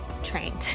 trained